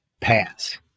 Pass